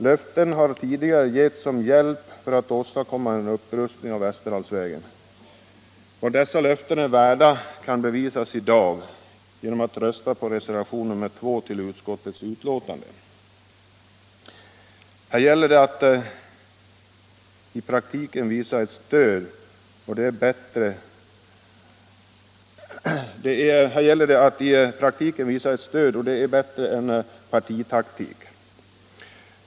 Löften har tidigare getts om hjälp för att åstadkomma en upprustning av Västerdalsvägen: Vad dessa löften är värda kan man bevisa i dag genom att rösta på reservationen 2 till utskottets betänkande. Här gäller det att i praktiken lämna ett stöd, och det är bättre än partitaktik.